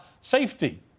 safety